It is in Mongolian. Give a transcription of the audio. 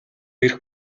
эрх